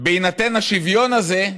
בהינתן השוויון הזה,